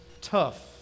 tough